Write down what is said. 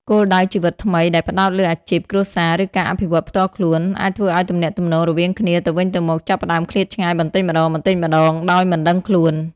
គោលដៅជីវិតថ្មីដែលផ្តោតលើអាជីព គ្រួសារ ឬការអភិវឌ្ឍន៍ផ្ទាល់ខ្លួន អាចធ្វើឱ្យទំនាក់ទំនងរវាងគ្នាទៅវិញទៅមកចាប់ផ្តើមឃ្លាតឆ្ងាយបន្តិចម្ដងៗដោយមិនដឹងខ្លួន។